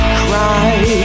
cry